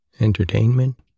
entertainment